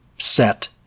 set